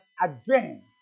again